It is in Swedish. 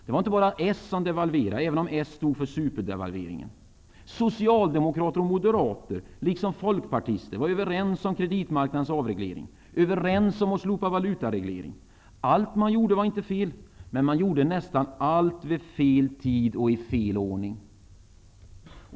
Det var inte bara s som devalverade, även om s stod för superdevalveringen. Socialdemokrater och moderater liksom folkpartister var överens om kreditmarknadens avreglering och överens om att slopa valutaregleringen. Allt man gjorde var inte fel, men man gjorde nästan allt vid fel tid och i fel ordning.